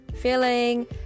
feeling